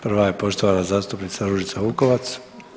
Prva je poštovana zastupnica Ružica Vukovac.